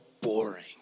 boring